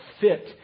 fit